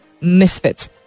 misfits